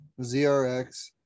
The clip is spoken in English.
ZRX